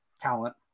talent